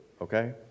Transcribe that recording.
okay